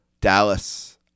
Dallas